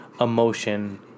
emotion